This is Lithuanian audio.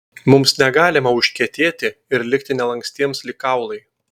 mums negalima užkietėti ir likti nelankstiems lyg kaulai